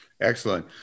Excellent